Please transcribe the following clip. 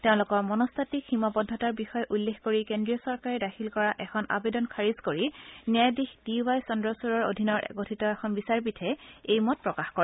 তেওঁলোকৰ মনস্তাত্বিক সীমাবদ্ধতাৰ বিষয়ে উল্লেখ কৰি কেন্দ্ৰীয় চৰকাৰে দাখিল কৰা এখন আবেদন খাৰিজ কৰি ন্যায়াধীশ ডি ৱাই চন্দ্ৰচুড়ৰ অধীনত গঠিত এখন বিচাৰপীঠে এই মত প্ৰকাশ কৰে